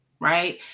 right